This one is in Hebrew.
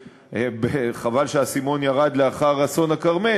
חבל שהאסימון ירד לאחר אסון הכרמל,